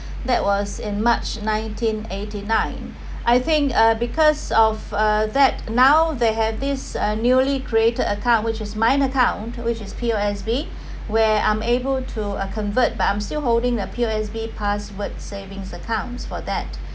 that was in march nineteen eighty nine I think uh because of uh that now they had this uh newly created account which is mine account which is P_O_S_B where I'm able to uh convert but I'm still holding the P_O_S_B password savings accounts for that